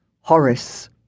Horace